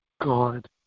God